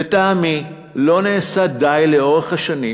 לטעמי, לא נעשה די לאורך השנים,